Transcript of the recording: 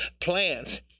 plants